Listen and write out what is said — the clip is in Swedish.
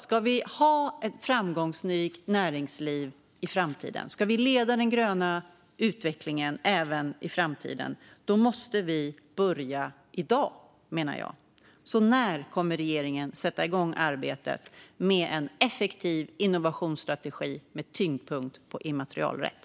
Ska vi ha ett framgångsrikt näringsliv i framtiden och leda den gröna utvecklingen måste vi börja i dag. När kommer regeringen att sätta igång arbetet med en effektiv innovationsstrategi med tyngdpunkt på immaterialrätt?